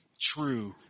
true